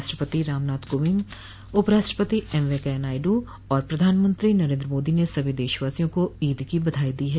राष्ट्रपति रामनाथ कोविंद उपराष्ट्रपति एम वेंकैया नायडू और प्रधानमंत्री नरेंद्र मोदी ने सभी देशवासियों को ईद की बधाई दी है